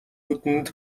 үүдэнд